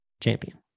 champion